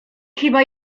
chyba